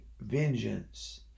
vengeance